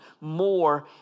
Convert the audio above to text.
more